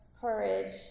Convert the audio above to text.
courage